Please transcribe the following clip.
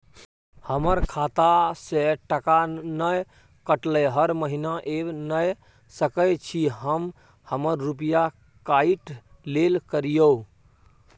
हमर खाता से टका नय कटलै हर महीना ऐब नय सकै छी हम हमर रुपिया काइट लेल करियौ?